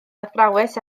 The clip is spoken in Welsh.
athrawes